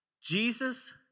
Jesus